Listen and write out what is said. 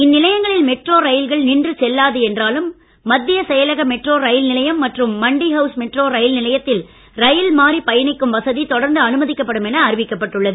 இந்நிலையங்களில் metro ரயில்கள் நின்று செல்லாது என்றாலும் மத்திய செயலக மெட்ரோ ரயில் நிலையம் மற்றும் மண்டி ஹவுஸ் மெட்ரோ ரயில் நிலையத்தில் ரயில் மாறி பயணிக்கும் வசதி தொடர்ந்து அனுமதிக்கப்படும் என அறிவிக்கப்பட்டுள்ளது